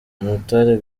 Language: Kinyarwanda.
umutare